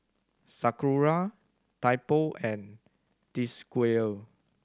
Sakura Typo and Desigual